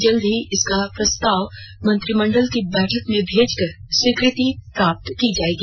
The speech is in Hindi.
जल्द ही इसका प्रस्ताव मंत्रिमंडल की बैठक में भेजकर स्वीकृति प्राप्त की जायेगी